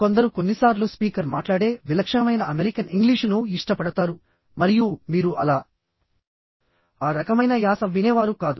కొందరు కొన్నిసార్లు స్పీకర్ మాట్లాడే విలక్షణమైన అమెరికన్ ఇంగ్లీషును ఇష్టపడతారు మరియు మీరు అలా ఆ రకమైన యాస వినేవారు కాదు